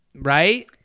Right